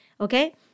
Okay